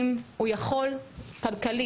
אם הוא יכול כלכלית,